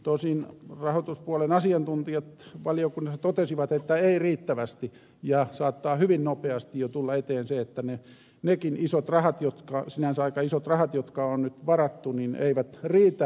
tosin rahoituspuolen asiantuntijat valiokunnassa totesivat että ei riittävästi ja saattaa hyvin nopeasti jo tulla eteen se että nekään sinänsä aika isot rahat jotka on nyt varattu eivät riitä